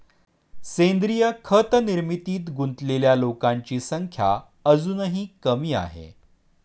सेंद्रीय खत निर्मितीत गुंतलेल्या लोकांची संख्या अजूनही कमी आहे